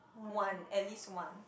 one at least one